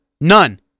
None